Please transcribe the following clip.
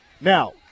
now